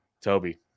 Toby